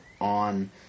on